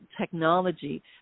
technology